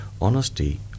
honesty